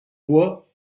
bois